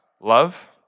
love